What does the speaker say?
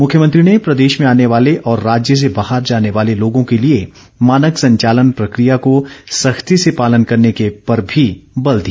मुख्यमंत्री ने प्रदेश में आने वाले और राज्य से बाहर जाने वाले लोगों के लिए मानक संचालन प्रक्रिया को सख्ती से पालन करने पर भी बल दिया